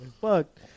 fucked